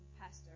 pastor